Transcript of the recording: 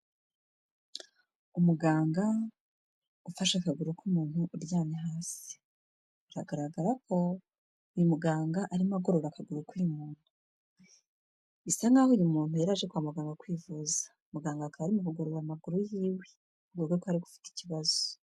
Umuganga ufashe akaguru k'umuntu uryamye hasi, biragaragara ko uyu muganga arimo agorora akaguru k'uyu mu tu. Bisa nk'aho uyu muntu yaraje kwa muganga kwivuza, muganga akaba ari mu kugorora amaguru y'iwe avuga ko ariko gufite ikibazo.